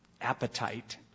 Appetite